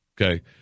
Okay